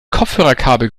kopfhörerkabel